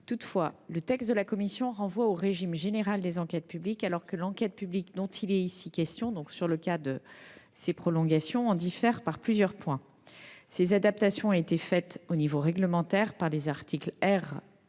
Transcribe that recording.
Toutefois, le texte de la commission renvoie au régime général des enquêtes publiques, alors que l'enquête publique dont il est ici question en diffère en plusieurs points. Ces adaptations ont été réalisées au niveau réglementaire par les articles R.